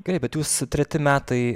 gerai bet jūs treti metai